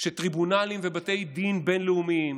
שטריבונלים ובתי דין בין-לאומיים